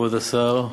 כבוד השר,